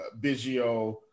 Biggio